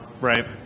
Right